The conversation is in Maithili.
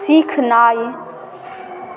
सिखनाइ